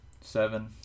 Seven